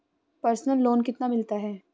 Personal loan कितना मिलता है?